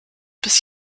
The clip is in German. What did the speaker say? bis